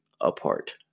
apart